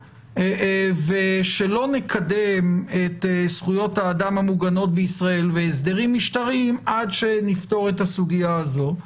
ושלא נקדם את זכויות האדם בישראל עד שנפתור את הסוגיה הזו.